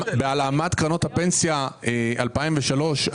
אני מתחבר למה שאמר קודם מר בן סימון וגם ד"ר רוטקופף,